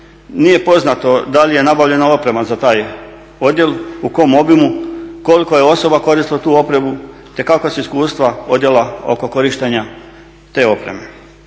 nije poznato da li je nabavljena oprema za taj odjel, u kojem obimu, koliko je osoba koristilo tu opremu te kakva su iskustva odjela oko korištenja te opreme.